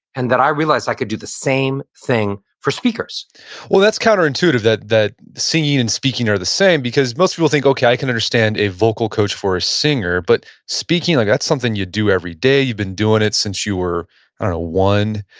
and then i realized i could do the same thing for speakers well, that's counterintuitive that that singing and speaking are the same because most people think, okay, i can understand a vocal coach for a singer, but speaking, like that's something you do every day, you've been doing it since you were one.